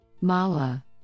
Mala